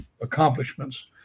accomplishments